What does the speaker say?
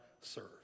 serve